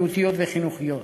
בריאותיות וחינוכיות,